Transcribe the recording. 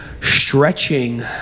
stretching